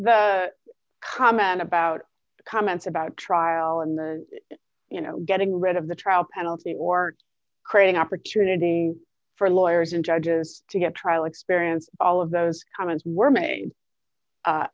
the comment about comments about trial in the you know getting rid of the trial penalty or creating opportunity for lawyers and judges to get trial experience all of those comments were made